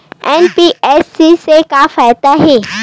NBFC से का फ़ायदा हे?